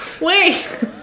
Wait